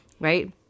right